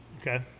Okay